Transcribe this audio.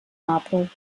marburg